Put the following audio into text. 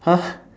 !huh!